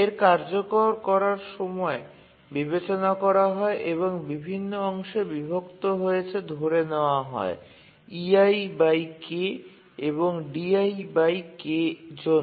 এর কার্যকর করার সময় বিবেচনা করা হয় এবং বিভিন্ন অংশে বিভক্ত হয়েছে ধরে নেওয়া হয় জন্য